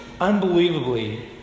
unbelievably